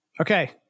Okay